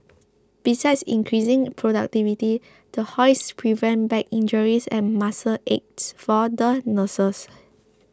besides increasing productivity the hoists prevent back injuries and muscle aches for the nurses